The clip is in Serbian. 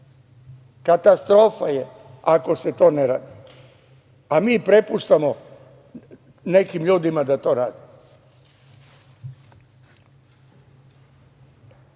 Katastrofa je ako se to ne radi, a mi prepuštamo nekim ljudima da to